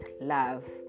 love